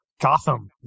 Gotham